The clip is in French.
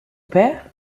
père